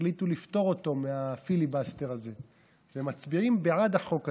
החליטו לפטור אותו מהפיליבסטר הזה והם מצביעים בעד החוק הזה,